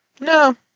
No